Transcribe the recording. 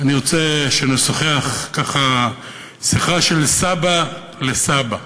אני רוצה שנשוחח, ככה, שיחה של סבא לסבא,